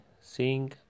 seeing